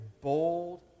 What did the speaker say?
bold